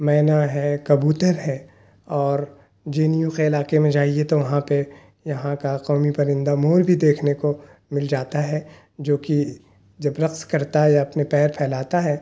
مینا ہے کبوتر ہے اور جے این یو کے علاقے میں جائیے تو وہاں پہ یہاں کا قومی پرندہ مور بھی دیکھنے کو مل جاتا ہے جو کہ جب رقص کرتا ہے یا اپنے پیر پھیلاتا ہے